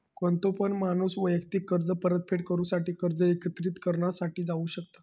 कोणतो पण माणूस वैयक्तिक कर्ज परतफेड करूसाठी कर्ज एकत्रिकरणा साठी जाऊ शकता